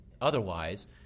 otherwise